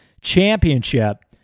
Championship